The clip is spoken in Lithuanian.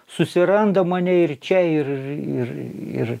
susiranda mane ir čia ir ir